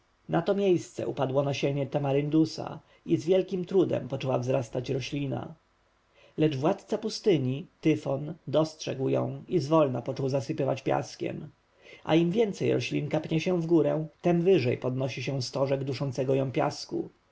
na to miejsce upadło nasienie tamaryndusa i z wielkim trudem poczęła wzrastać roślina lecz władca pustyni tyfon dostrzegł ją i zwolna począł zasypywać piaskiem a im więcej roślinka pnie się wgórę tem wyżej podnosi się stożek duszącego ją piasku